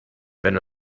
wenn